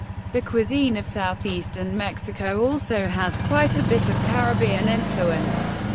the cuisine of southeastern mexico also has quite a bit of caribbean influence,